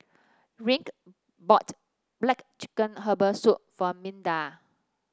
rae bought black chicken Herbal Soup for Minda